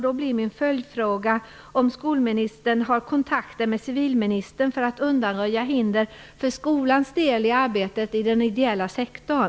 Då blir min följdfråga: Har skolministern kontakter med civilministern för att för skolans del undanröja hinder för arbetet i den ideella sektorn?